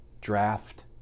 draft